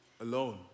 alone